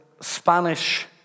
Spanish